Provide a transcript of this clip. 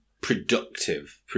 productive